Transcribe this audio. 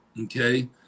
Okay